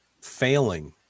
failing